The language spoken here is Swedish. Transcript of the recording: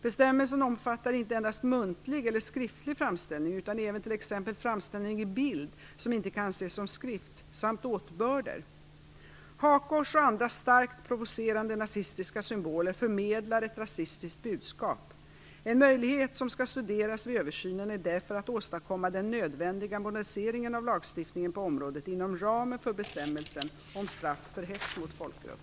Bestämmelsen omfattar inte endast muntlig och skriftlig framställning utan även t.ex. framställning i bild som inte kan anses som skrift samt åtbörder. Hakkors och andra starkt provocerande nazistiska symboler förmedlar ett rasistiskt budskap. En möjlighet som skall studeras vid översynen är därför att åstadkomma den nödvändiga moderniseringen av lagstiftningen på området inom ramen för bestämmelsen om straff för hets mot folkgrupp.